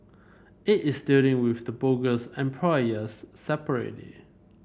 it is dealing with the bogus employers separately